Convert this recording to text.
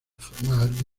formar